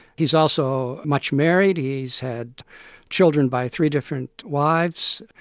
he's also much married he's had children by three different wives,